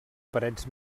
parets